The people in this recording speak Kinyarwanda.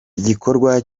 igikorwa